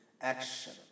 action